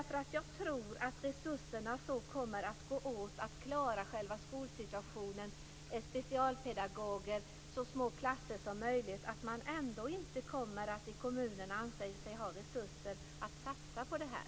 För jag tror att resurserna kommer att gå åt till att klara själva skolsituationen - specialpedagoger, så små klasser som möjligt osv. - så att man ändå inte i kommunerna kommer att anse sig ha resurser att satsa på det här.